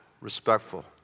respectful